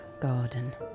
garden